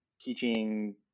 teaching